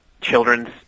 Children's